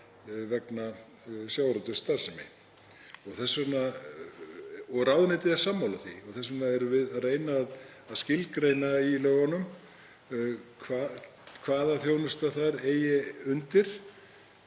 vegna sjávarútvegsstarfsemi. Ráðuneytið er sammála því og þess vegna erum við að reyna að skilgreina í lögunum hvaða þjónusta eigi að